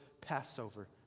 Passover